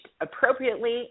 appropriately